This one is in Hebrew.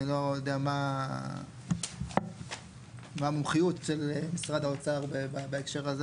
אני לא יודע מה המומחיות של משרד האוצר בהקשר הזה,